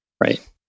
right